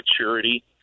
maturity